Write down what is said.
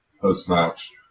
post-match